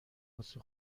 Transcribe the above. واسه